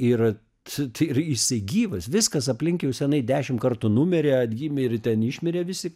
ir t tai ir jisai gyvas viskas aplink jau senai dešim kartų numirė atgim ir ten išmirė visi